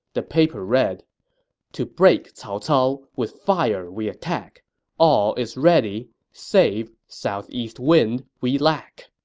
the paper read to break cao cao with fire we attack all is ready, save southeast wind we lack!